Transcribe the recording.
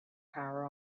power